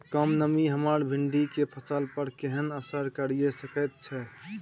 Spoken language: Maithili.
कम नमी हमर भिंडी के फसल पर केहन असर करिये सकेत छै?